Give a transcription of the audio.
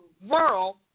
world